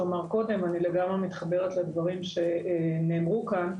אמר קודם ואני לגמרי מתחברת לדברים שנאמרו כאן,